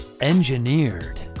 Engineered